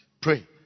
Pray